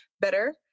better